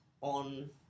on